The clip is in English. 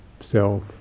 self